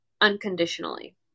unconditionally